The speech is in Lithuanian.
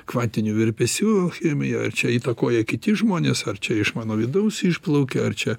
kvantinių virpesių chemija čia įtakoja kiti žmonės ar čia iš mano vidaus išplaukia ar čia